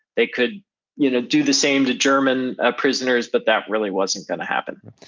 they could you know do the same to german ah prisoners but that really wasn't going to happen